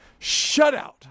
shutout